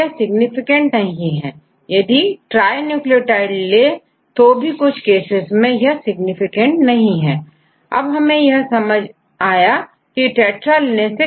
यह सिग्निफिकेंट नहीं है यदि ट्राई न्यूक्लियोटाइड ले तो भी कुछ केसेस में यह सिग्निफिकेंट नहीं है